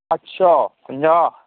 ਅੱਛਾ ਪੰਜਾਹ